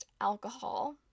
alcohol